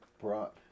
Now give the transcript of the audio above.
brought